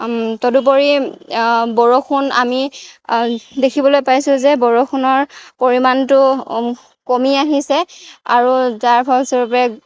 তদুপৰি বৰষুণ আমি দেখিবলৈ পাইছোঁ যে বৰষুণৰ পৰিমাণটো কমি আহিছে আৰু যাৰ ফলস্বৰূপে